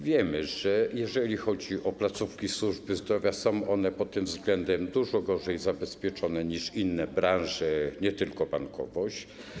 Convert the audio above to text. Wiemy, że jeżeli chodzi o placówki służby zdrowia, są one pod tym względem dużo gorzej zabezpieczone niż inne branże, nie tylko bankowość.